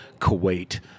kuwait